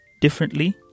differently